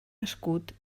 escut